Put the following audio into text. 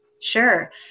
Sure